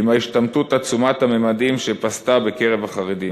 עם ההשתמטות עצומת הממדים שפשתה בקרב החרדים.